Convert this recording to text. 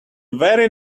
very